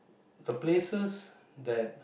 the places that